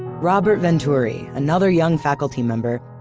robert venturi, another young faculty member,